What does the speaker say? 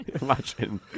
imagine